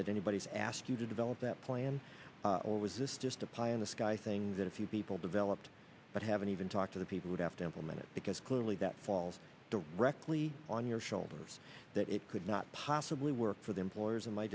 that anybody's asking to develop that plan or was this just a pie in the sky thing that a few people developed but haven't even talked to the people who have to implement it because clearly that falls directly on your shoulders that it could not possibly work for the employers in my